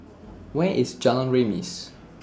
Where IS Jalan Remis